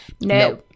no